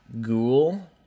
ghoul